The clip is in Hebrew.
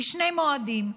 בשני מועדים.